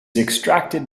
extracted